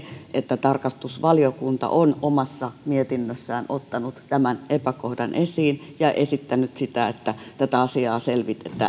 että tarkastusvaliokunta on omassa mietinnössään ottanut tämän epäkohdan esiin ja esittänyt sitä että tätä asiaa selvitetään